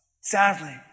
sadly